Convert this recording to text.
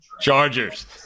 Chargers